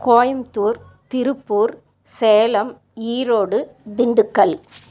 Coimbatore Tiruppur Salem Erode Dindigul